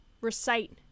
recite